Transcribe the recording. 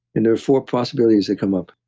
and there are four possibilities that come up.